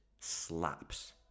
slaps